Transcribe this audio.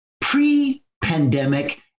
pre-pandemic